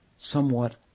Somewhat